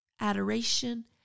Adoration